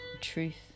truth